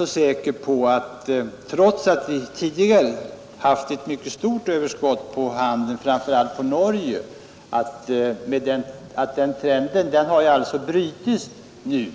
Vi har tidigare haft ett mycket stort överskott i vår handel, framför allt på Norge, men trenden med den snabba uppgången av handeln har nu brutits. Det